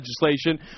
legislation